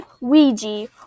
Ouija